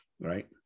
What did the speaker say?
right